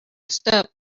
step